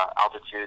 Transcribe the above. altitude